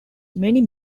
many